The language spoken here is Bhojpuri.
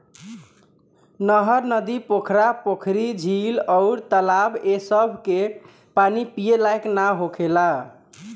नहर, नदी, पोखरा, पोखरी, झील अउर तालाब ए सभ के पानी पिए लायक ना होखेला